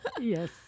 Yes